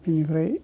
बिनिफ्राय